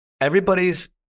Everybody's